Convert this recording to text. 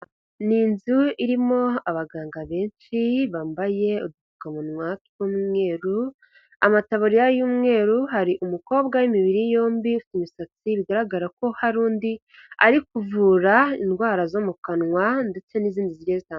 Ni inzu irimo abaganga benshi bambaye udupfukamunwa tw'umweru, amataburiya y'umweru, hari umukobwa w'imibiri yombi ufite misatsi, bigaragara ko hari undi ari kuvura indwara zo mu kanwa ndetse n'izindi zigiye zitandukanye.